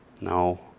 no